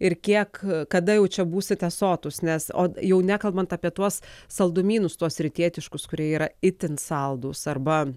ir kiek kada jau čia būsite sotūs nes o jau nekalbant apie tuos saldumynus tuos rytietiškus kurie yra itin saldūs arba